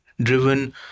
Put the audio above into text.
driven